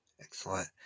Excellent